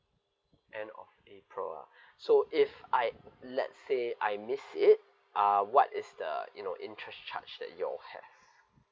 end of april ah so if I let's say I miss it uh what is the you know interest charge that you all has